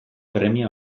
premia